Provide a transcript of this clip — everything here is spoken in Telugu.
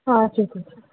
ఆ చూపించండి